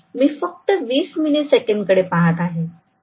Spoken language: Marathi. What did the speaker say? मी फक्त 20 मिली सेकंद कडे पाहत आहे